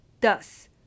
Thus